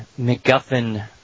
MacGuffin